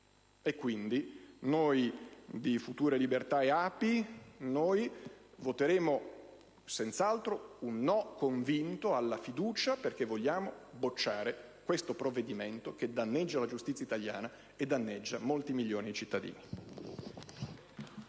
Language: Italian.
Quindi, noi di FLI e di ApI voteremo senz'altro un no convinto alla fiducia, perché vogliamo bocciare questo provvedimento che danneggia la giustizia italiana e molti milioni di cittadini.